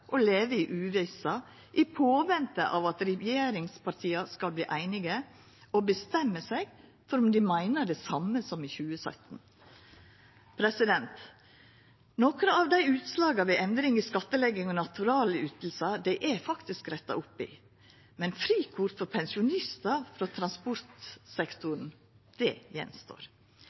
i uvisse i påvente av at regjeringspartia skal verta einige og bestemma seg for om dei meiner det same som i 2017. Nokre av utslaga ved endring i skattlegging av naturalytingar er retta opp i, men frikort for pensjonistar frå transportsektoren